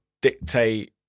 dictate